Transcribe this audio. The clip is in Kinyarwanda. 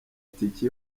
tike